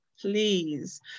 please